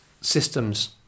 systems